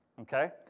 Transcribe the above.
okay